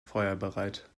feuerbereit